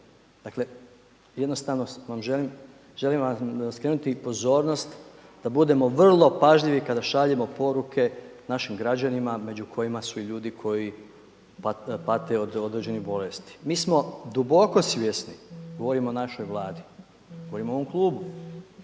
Dakle jednostavno vam želim, želim vam skrenuti pozornost da budemo vrlo pažljivi kada šaljemo poruke našim građanima među kojima su i ljudi koji pate od određenih bolesti. Mi smo duboko svjesni, govorimo o našoj Vladi, govorimo o ovom klubu